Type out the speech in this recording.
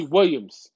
Williams